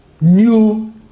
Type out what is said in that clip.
new